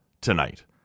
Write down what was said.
tonight